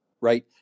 right